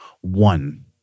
one